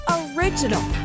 original